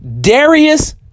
Darius